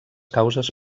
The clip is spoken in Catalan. causes